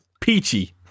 Peachy